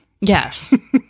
Yes